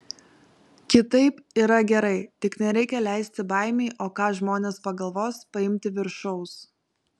kitaip yra gerai tik nereikia leisti baimei o ką žmonės pagalvos paimti viršaus